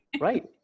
right